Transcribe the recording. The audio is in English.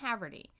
Haverty